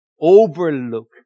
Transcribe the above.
overlook